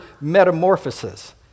metamorphosis